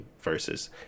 versus